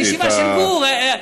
ישיבה של גור.